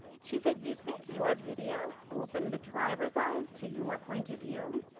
she said, you think your video opened the driver's eyes to your point of view?